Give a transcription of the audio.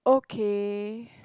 okay